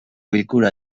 bilkura